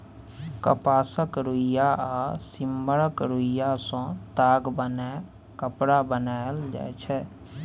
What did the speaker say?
कपासक रुइया आ सिम्मरक रूइयाँ सँ ताग बनाए कपड़ा बनाएल जाइ छै